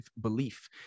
belief